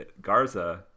Garza